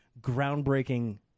groundbreaking